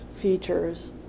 features